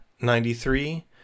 ninety-three